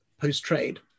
post-trade